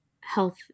health